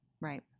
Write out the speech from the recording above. Right